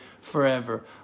forever